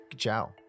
ciao